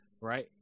right